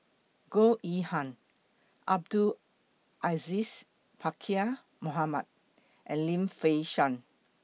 Goh Yihan Abdul Aziz Pakkeer Mohamed and Lim Fei Shen